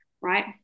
right